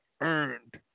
earned